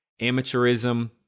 amateurism